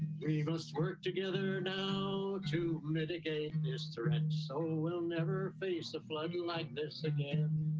we must work together now to mitigate and this thread so will never face the flooding like this again.